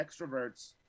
extroverts